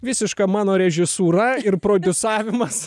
visiška mano režisūra ir prodiusavimas